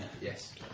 Yes